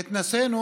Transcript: והתנסינו,